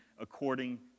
according